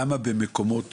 למה במקומות